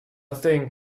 thing